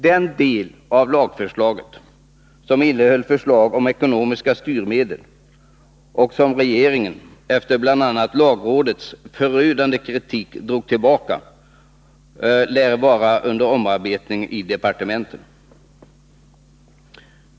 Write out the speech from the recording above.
Den del av lagförslaget som gällde införande av ekonomiska styrmedel — och som regeringen efter bl.a. lagrådets förödande kritik drog tillbaka — lär vara under omarbetning i departementen.